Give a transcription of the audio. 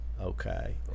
okay